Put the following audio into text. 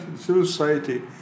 society